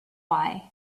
why